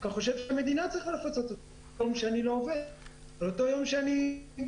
אני חושב שהמדינה צריכה לפצות אותי על אותו יום שאני לא עובד ואני בבית.